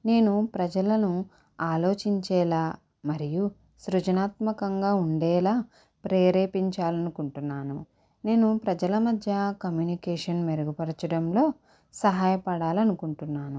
నేను ప్రజలను ఆలోచించేలా మరియు సృజనాత్మకంగా ఉండేలా ప్రేరేపించాలనుకుంటున్నాను నేను ప్రజల మధ్య కమ్మ్యూనికేషన్ మెరుగుపరచడంలో సహాయ పడాలనుకుంటున్నాను